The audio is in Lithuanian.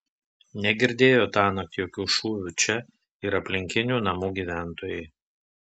negirdėjo tąnakt jokių šūvių čia ir aplinkinių namų gyventojai